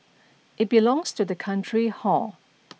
it belongs to the country hor